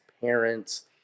parents